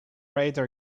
radar